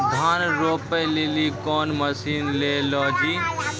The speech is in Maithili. धान रोपे लिली कौन मसीन ले लो जी?